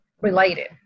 related